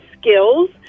skills